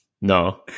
No